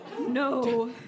No